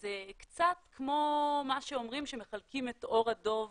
שזה קצת כמו מה שאומרים כשמחלקים את עור הדוב